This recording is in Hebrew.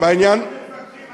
בעניין, על הקומה של,